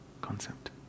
concept